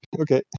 okay